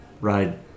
ride